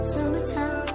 Summertime